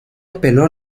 apeló